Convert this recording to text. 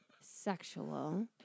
sexual